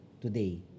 today